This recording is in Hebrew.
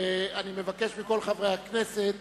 ואני מבקש מכל חברי הכנסת